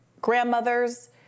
grandmothers